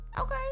okay